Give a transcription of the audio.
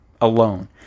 alone